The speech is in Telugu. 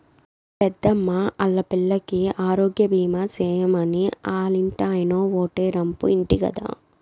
మా పెద్దమ్మా ఆల్లా పిల్లికి ఆరోగ్యబీమా సేయమని ఆల్లింటాయినో ఓటే రంపు ఇంటి గదా